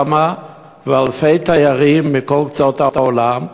ואלפי תיירים מכל קצות העולם.